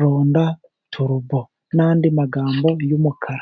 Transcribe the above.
Ronda Torbo n'andi magambo y'umukara.